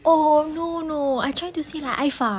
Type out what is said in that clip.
oh no no I try to see like iffah